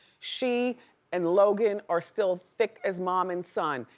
she and logan are still thick as mom and son,